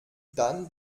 dann